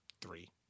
Three